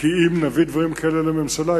כי אם נביא דברים כאלה לממשלה,